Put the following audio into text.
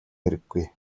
хэрэггүй